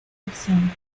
versión